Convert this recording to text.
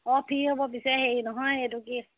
অঁ ফ্ৰী হ'ব পিছে হেই নহয় এইটো কি